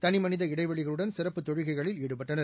தனிமனித இடைவெளிகளுடன் சிறப்பு தொழுகைகளில் ஈடுபட்டனர்